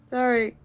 Sorry